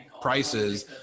prices